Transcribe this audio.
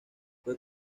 fue